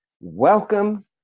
Welcome